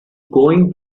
going